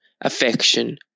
affection